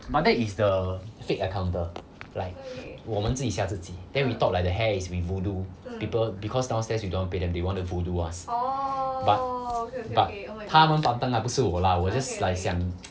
but that is the fake encounter like 我们自己吓自己 then we talk like the hair is we voodoo people because downstairs we don't want pay them they want to voodoo us but but 他们 pantang 啦不是我啦我 just like 想